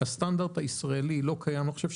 הסטנדרט הישראלי לא קיים עכשיו,